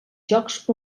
jocs